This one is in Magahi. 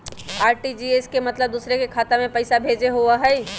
आर.टी.जी.एस के मतलब दूसरे के खाता में पईसा भेजे होअ हई?